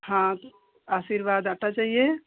हाँ तो आशीर्वाद आटा चाहिए